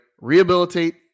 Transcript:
Rehabilitate